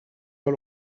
pas